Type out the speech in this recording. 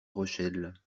rochelle